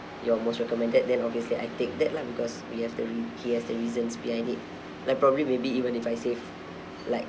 your most recommended then obviously I take that lah because we have the rea~ he has the reasons behind it like probably maybe even if I save like